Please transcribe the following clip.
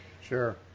Sure